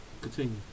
Continue